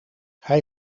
hij